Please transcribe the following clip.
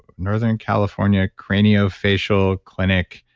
northern california cranio-facial clinic,